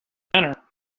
banner